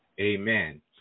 Amen